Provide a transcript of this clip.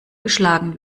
geschlagen